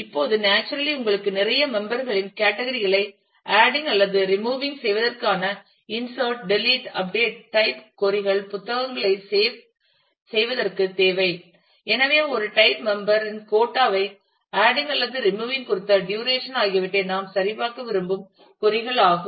இப்போது நேச்சுரலி உங்களுக்கு நிறைய மெம்பர் களின் கேட்டகிரி களைச் ஆடிங் அல்லது ரிமோவிங் செய்வதற்கான insert delete update type query கள் புத்தகங்களை சேப் செய்வதற்கு தேவை எனவே ஒரு டைப் மெம்பர் இன் கோட்டா ஐ ஆடிங் அல்லது ரிமோவிங் குறித்த டுரேஷன் ஆகியவை நாம் சரிபார்க்க விரும்பும் கொறி கள் ஆகும்